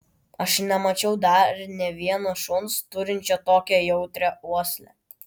aš nemačiau dar nė vieno šuns turinčio tokią jautrią uoslę